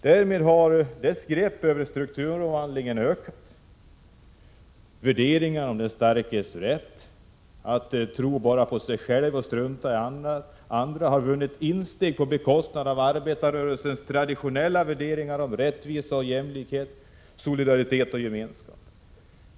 Därmed har dess grepp över strukturomvandlingen ökat. Värderingar som den starkes rätt, att tro bara på sig själv och strunta i andra har vunnit insteg på bekostnad av arbetarrörelsens traditionella värderingar om rättvisa och jämlikhet, solidaritet och gemenskap.